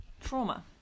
trauma